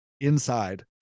inside